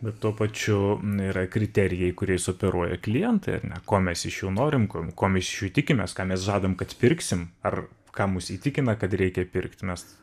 bet tuo pačiu yra kriterijai kuriais operuoja klientai ar ne ko mes iš jų norim ko ko mes iš jų tikimės ką mes žadam kad pirksim ar ką mus įtikina kad reikia pirkt mes